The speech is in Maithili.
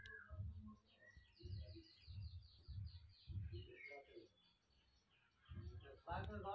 मुद्रा ओकरा कहल जाइ छै, जे मुद्रा के रूप मे काज करै छै